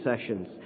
sessions